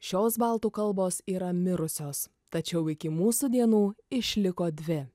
šios baltų kalbos yra mirusios tačiau iki mūsų dienų išliko dvi